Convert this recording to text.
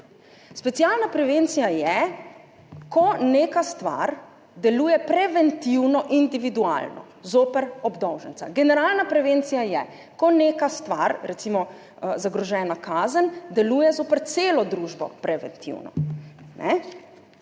Specialna prevencija je, ko neka stvar deluje preventivno individualno zoper obdolženca. Generalna prevencija je, ko neka stvar, recimo zagrožena kazen, deluje zoper celo družbo preventivno.